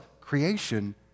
creation